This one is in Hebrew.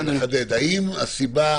מה הסיבה